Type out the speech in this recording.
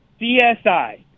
CSI